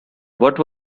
what